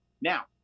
Now